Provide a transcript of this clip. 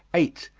eight.